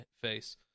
face